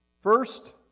First